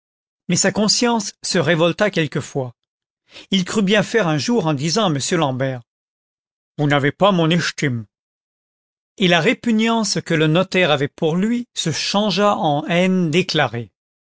mais sa conscience se révolta quelquefois crut bien faire un jour en disant à m l'ambert vous n'avez pas mon echtime et la répugnance que le notaire avait pour lui se changea en haine déclarée